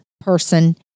person